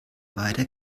weide